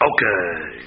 Okay